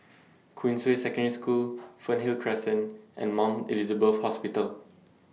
Queensway Secondary School Fernhill Crescent and Mount Elizabeth Hospital